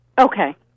Okay